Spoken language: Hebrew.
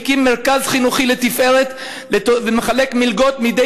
הקים מרכז חינוכי לתפארת ומחלק מלגות מדי